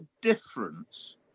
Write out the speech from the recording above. difference